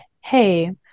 hey